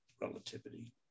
relativity